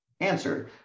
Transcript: answered